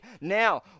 Now